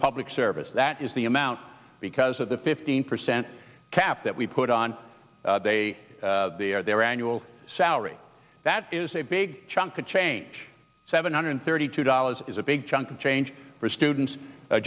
public service that is the amount because of the fifteen percent cap that we put on they are their annual salary that is a big chunk of change seven hundred thirty two dollars is a big chunk of change for students